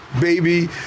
baby